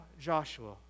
Joshua